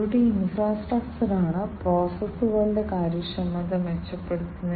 ഒരു smart sensor നോഡിന് sensing unit ഉണ്ട് അതിൽ വീണ്ടും ഒരു സെൻസർ ഉണ്ട് ഒരു അനലോഗ് ഡിറ്റക്ഷൻ സർക്യൂട്ട്